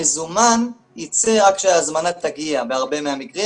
מזומן ייצא רק כשההזמנה תגיע בהרבה מהמקרים.